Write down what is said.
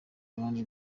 ruhande